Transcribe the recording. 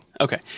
Okay